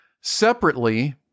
Separately